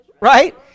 Right